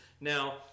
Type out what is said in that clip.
now